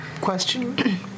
Question